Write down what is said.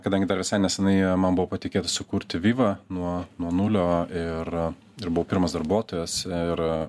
kadangi dar visai nesenai man buvo patikėta sukurti vivą nuo nuo nulio ir ir buvau pirmas darbuotojas ir